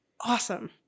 awesome